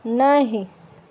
नहि